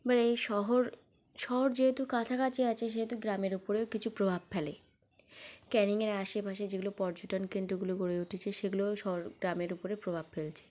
এবার এই শহর শহর যেহেতু কাছাকাছি আছে সেহেতু গ্রামের উপরেও কিছু প্রভাব ফেলে ক্যানিংয়ের আশেপাশে যেগুলো পর্যটনকেন্দ্রগুলো গড়ে উঠেছে সেগুলো শহর গ্রামের উপরে প্রভাব ফেলছে